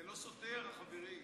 זה לא סותר, חברי.